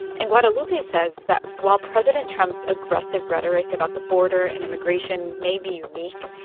and guadalupe says that while president trump's aggressive rhetoric about the border and immigration may be unique,